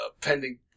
pending